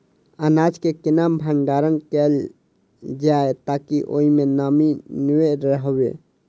अनाज केँ केना भण्डारण कैल जाए ताकि ओई मै नमी नै रहै?